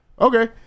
okay